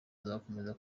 azakomeza